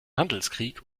handelskrieg